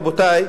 רבותי,